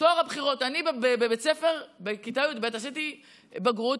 טוהר הבחירות, בבית ספר בכיתה י"ב עשיתי בגרות,